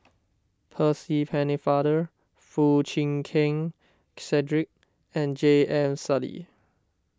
Percy Pennefather Foo Chee Keng Cedric and J M Sali